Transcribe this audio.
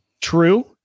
True